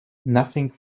nothing